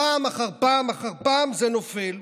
פעם אחר פעם אחר פעם זה נופל.